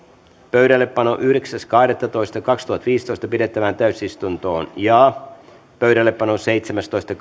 pöydällepano yhdeksäs kahdettatoista kaksituhattaviisitoista pidettävään täysistuntoon jaa pöydällepano seitsemästoista